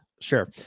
Sure